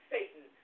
Satan